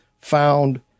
found